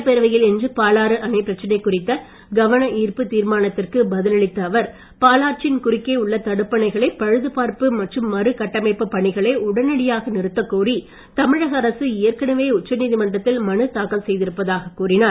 சட்டப்பேரவையில் இன்று பாலாறு அணைப் பிரச்சனை குறித்த கவன ஈர்ப்புத் தீர்மானத்திற்கு பதில் அளித்த அவர் பாலாற்றின் குறுக்கே உள்ள தடுப்பணைகளை பழுதுபார்ப்பு மற்றும் மறுகட்டமைப்புப் பணிகளை உடனடியாக நிறுத்தக் கோரி தமிழக அரசு ஏற்கனவே உச்ச நீதிமன்றத்தில் மனு தாக்கல் செய்திருப்பதாக கூறினார்